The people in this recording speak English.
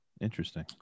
Interesting